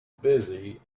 busy